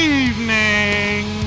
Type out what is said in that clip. evening